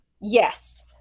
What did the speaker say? Yes